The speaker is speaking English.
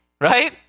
right